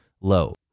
low